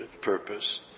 purpose